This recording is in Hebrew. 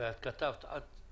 וכתבת עד